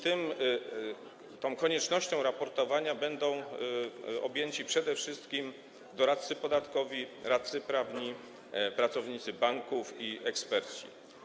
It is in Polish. Tą koniecznością raportowania będą objęci przede wszystkim doradcy podatkowi, radcy prawni, pracownicy banków i eksperci.